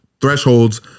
thresholds